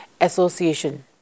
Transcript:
Association